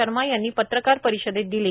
शर्मा यांनी पत्रकार परिषदेत दिली